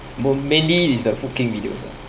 m~ mainly is the food king videos ah